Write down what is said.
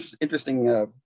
interesting